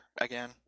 again